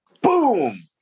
boom